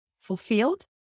fulfilled